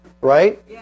right